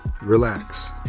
relax